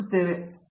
professor R